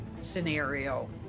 scenario